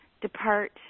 depart